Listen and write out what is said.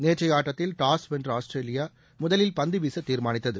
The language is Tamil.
நேற்றைய ஆட்டத்தில் டாஸ் வென்ற ஆஸ்திரேலியா முதலில் பந்து வீச தீர்மானித்தது